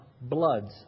bloods